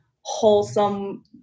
wholesome